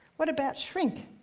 what about shrink?